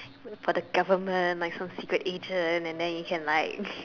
for the government like some secret agent and then you can like